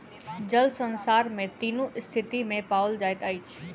जल संसार में तीनू स्थिति में पाओल जाइत अछि